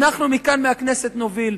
אנחנו מכאן מהכנסת נוביל,